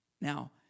Now